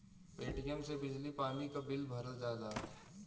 Paytm से बिजली पानी क बिल भरल जाला